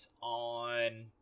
on